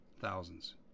thousands